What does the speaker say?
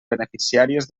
beneficiàries